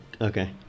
Okay